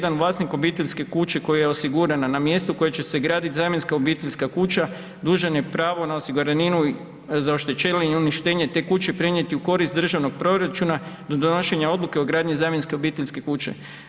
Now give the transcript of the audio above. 1. vlasnik obiteljske kuće koja je osigurana na mjestu koje će se gradit zamjenska obiteljska kuća dužan je pravo na osiguraninu za oštećenje i uništenje te kuće prenijeti u korist državnog proračuna do donošenja odluke o gradnji zamjenske obiteljske kuće.